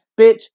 Bitch